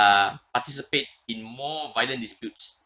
uh participate in more violent disputes